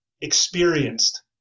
experienced